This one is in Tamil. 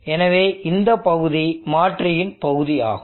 எனவே இந்த பகுதி மாற்றியின் பகுதியாகும்